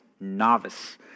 novice